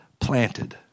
planted